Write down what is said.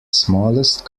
smallest